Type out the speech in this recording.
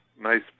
Nice